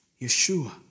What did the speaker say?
Yeshua